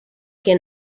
can